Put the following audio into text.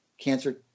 cancer